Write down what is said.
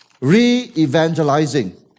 Re-evangelizing